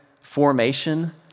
formation